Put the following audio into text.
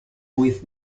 with